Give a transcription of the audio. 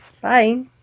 Bye